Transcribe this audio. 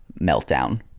meltdown